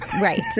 Right